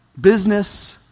business